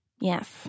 Yes